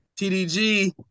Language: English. TDG